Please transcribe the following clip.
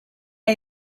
was